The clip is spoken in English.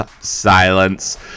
silence